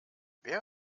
wer